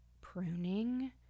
pruning